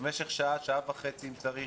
למשך שעה-שעה וחצי, אם צריך,